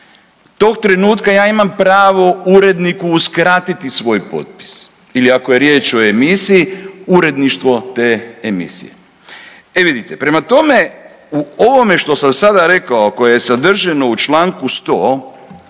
tog trenutka ja imam pravo uredniku uskratiti svoj potpis ili ako je riječ o emisiji, uredništvo te emisije. E vidite, prema tome, u ovome što sam sada rekao, a koje je sadržano u čl. 100.